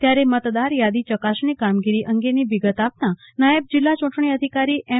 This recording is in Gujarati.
ત્યારે મતદાર યાદી ચકાસણી કામગીરી અંગેની વિગત આપતા નાયબ જિલ્લા ચૂંટણી અધિકારી એમ